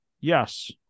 Yes